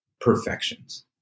perfections